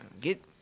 Get